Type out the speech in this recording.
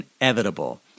inevitable